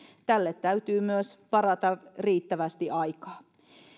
tälle täytyy myös varata riittävästi aikaa